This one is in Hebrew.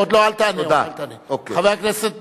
חבר הכנסת